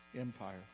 Empire